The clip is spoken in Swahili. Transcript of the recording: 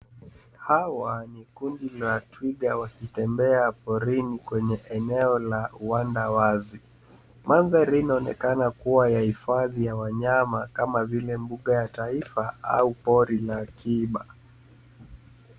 Hawa ni kundi la twiga wakitembea porini kwenye eneo la uwanda wazi. Mandhari hii inaonekana kuwa ya hifadhi ya wanyama kama vile mbuga ya taifa au pori la akiba.